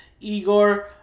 Igor